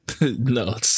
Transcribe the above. No